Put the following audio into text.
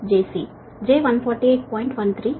13 magnitude